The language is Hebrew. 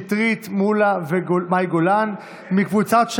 קטי קטרין שטרית, פטין מולא ומאי גולן, קבוצת סיעת